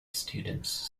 students